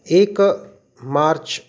एकं मार्च्